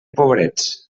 pobrets